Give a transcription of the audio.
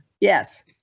Yes